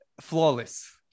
flawless